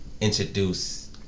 introduce